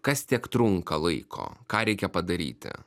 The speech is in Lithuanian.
kas tiek trunka laiko ką reikia padaryti